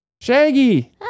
Shaggy